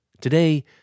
Today